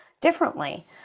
differently